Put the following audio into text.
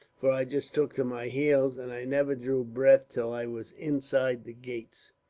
for i just took to my heels, and i never drew breath till i was inside the gates.